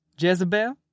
Jezebel